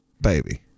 baby